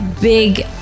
big